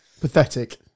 Pathetic